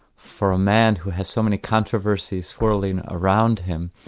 for a man who had so many controversies swirling around him,